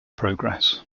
progress